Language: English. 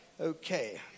Okay